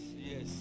yes